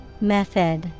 Method